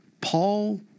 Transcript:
Paul